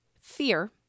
Fear